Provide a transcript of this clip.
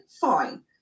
fine